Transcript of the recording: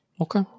Okay